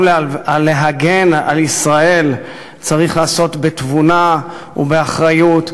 להגן על ישראל צריך בתבונה ובאחריות,